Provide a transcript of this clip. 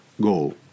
goal